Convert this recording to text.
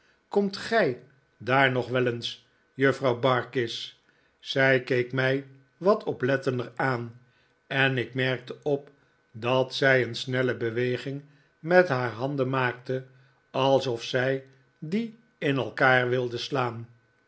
komt g ij daar nog wel eens juffrouw barkis zij keek mij wat oplettender aan en ik merkte op dat zij een snelle beweging met haar handen maakte alsof zij die in elkaar wilde slaan